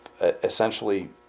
essentially